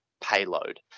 payload